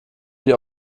die